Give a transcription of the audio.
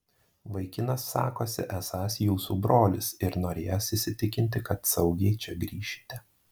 vaikinas sakosi esąs jūsų brolis ir norėjęs įsitikinti kad saugiai čia grįšite